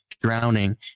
drowning